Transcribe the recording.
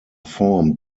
formed